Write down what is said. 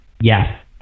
yes